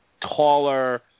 taller